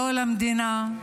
לא למדינה,